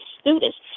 students